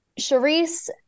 Charisse